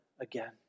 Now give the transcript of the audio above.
again